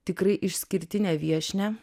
tikrai išskirtinę viešnią